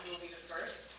first.